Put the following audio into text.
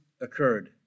occurred